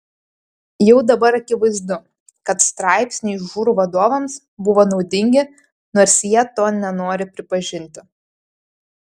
jau dabar akivaizdu kad straipsniai žūr vadovams buvo naudingi nors jie to nenori pripažinti